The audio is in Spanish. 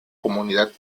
comunidad